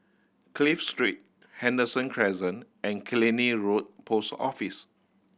Clive Street Henderson Crescent and Killiney Road Post Office